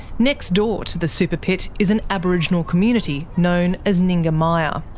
next door to the super pit is an aboriginal community known as ninga mia.